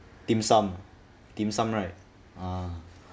dim sum dim sum right ah